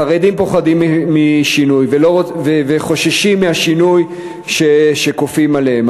החרדים פוחדים משינוי וחוששים מהשינוי שכופים עליהם,